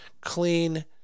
clean